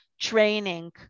training